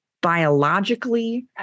biologically